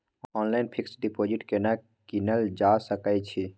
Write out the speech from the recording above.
Online fix deposit केना कीनल जा सकै छी?